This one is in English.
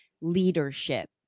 leadership